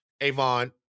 Avon